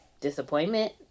disappointment